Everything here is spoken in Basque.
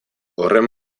horren